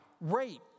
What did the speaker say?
rape